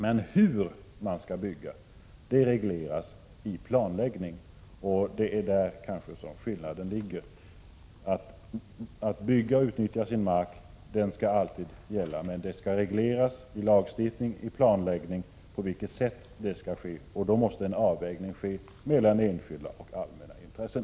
Men hur man skall bygga regleras i planläggning. Det är kanske däri skillnaden ligger. Rätten att bebygga och utnyttja sin mark skall alltid gälla, men det skall regleras i lagstiftning, i planläggning, på vilket sätt det skall ske. Då måste en avvägning ske mellan enskilda och allmänna intressen.